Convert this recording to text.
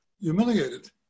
humiliated